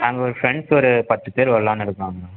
நாங்கள் ஒரு ஃப்ரெண்ட்ஸ் ஒரு பத்து பேர் வரலாம்னு இருக்கிறோங்க